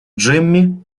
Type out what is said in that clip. джимми